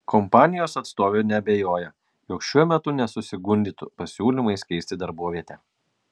kompanijos atstovė neabejoja jog šiuo metu nesusigundytų pasiūlymais keisti darbovietę